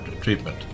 treatment